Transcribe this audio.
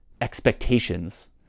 expectations